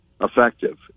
effective